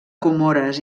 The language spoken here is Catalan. comores